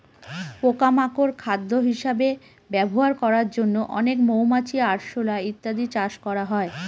পোকা মাকড় খাদ্য হিসেবে ব্যবহার করার জন্য অনেক মৌমাছি, আরশোলা ইত্যাদি চাষ করা হয়